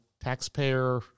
taxpayer